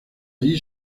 allí